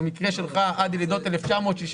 במקרה שלך כנראה עד ילידות 1965,